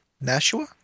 Nashua